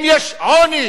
אם יש עוני